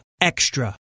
Extra